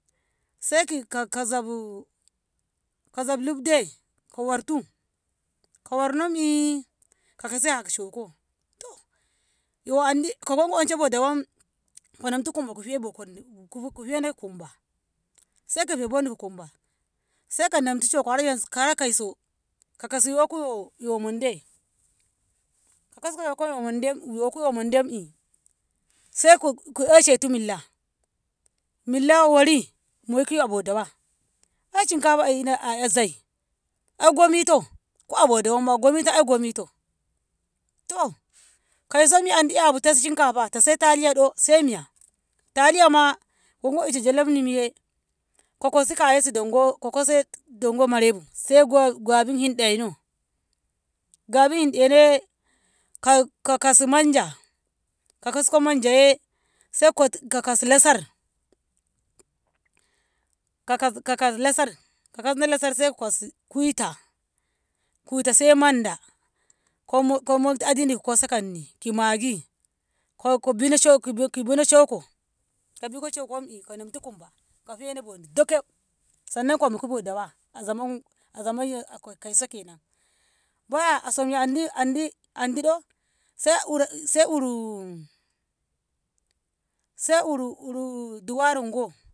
Saki ka kazabu ka zab lugde ko wartu ko warnom'i ko Kasi ahau shoko too yo Andi yogommu onshe bo dawam ko namtu kumba kofe bo kanni ko kofena ki kumba saiko namtu boni ki kumba saiko namtu shoko har yanxu ko kas Yoko yo monde ko kasko Yoko yo monde yo mondem'i Sai ko ko eshetu Milla, Milla wori a moki abo dawa ko shinkafa a a'ina zai ai gomito ko abo dawanma gomito ae gomito to kauso me Andi 'yabu ta Sai shinkafa Sai taliya 'do saai Miya taliya ma dongo ito jolofni ye ko Kasi dongo ko kasi ko kasi dongo marai bu kabna Gabi hin'deno Gabi hin'deno yee ko ko kas manja ko kasko manja ye ko kas lasar ka- kas lasar ko kasno lasar saiko kas kuita, kuita se Manda komo komoi ta adadi yo ko kasa kanni ki Maggi ko ko bine shoko ko buko shokom ko namtu kumba ko he boni deke'b sannan ko moki bo dawa azaman azaman yo kauso kenan baya a somye Andi Andi Andi 'do Sai uro Sai uru Sai uru uru duwarongo